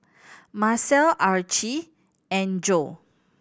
Macel Archie and Joe